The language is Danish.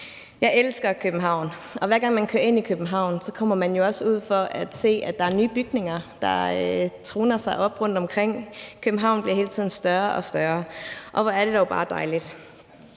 Jeg elsker København, og hver gang man kører ind i København, kommer man jo også ud for at se, at der er nye bygninger, der tårner sig op rundtomkring. København bliver hele tiden større og større, og hvor er det dog bare dejligt.